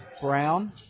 brown